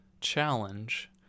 challenge